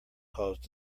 cause